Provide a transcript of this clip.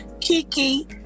Kiki